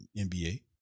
NBA